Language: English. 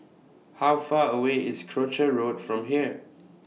How Far away IS Croucher Road from here